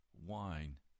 wine